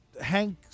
Hank